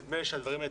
המינית,